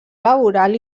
laboral